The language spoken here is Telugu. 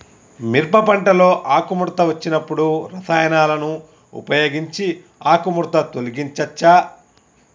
మిరప పంటలో ఆకుముడత వచ్చినప్పుడు రసాయనాలను ఉపయోగించి ఆకుముడత తొలగించచ్చా?